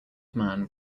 man